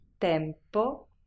tempo